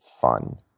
fun